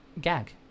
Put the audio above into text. Gag